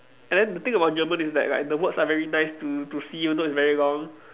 and then the thing about German is that like the words are very nice to to see you know it's very long